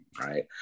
right